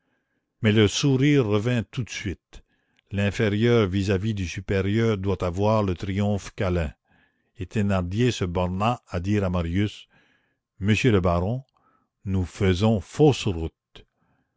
mais le sourire revint tout de suite l'inférieur vis-à-vis du supérieur doit avoir le triomphe câlin et thénardier se borna à dire à marius monsieur le baron nous faisons fausse route